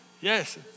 yes